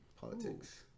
politics